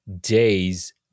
days